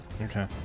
Okay